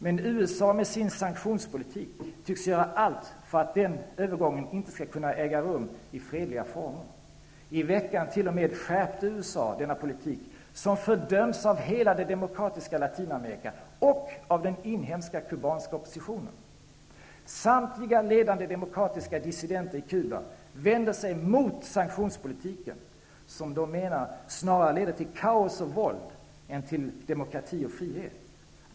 Men USA tycks med sin sanktionspolitik göra allt för att den övergången inte skall kunna äga rum i fredliga former. I veckan t.o.m. skärpte USA denna politik, som fördöms av hela det demokratiska Latinamerika och av den inhemska cubanska oppositionen. Samtliga ledande demokratiska dissidenter i Cuba vänder sig mot sanktionspolitiken, som de menar snarare leder till kaos och våld än till demokrati och frihet.